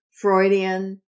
Freudian